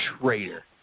traitor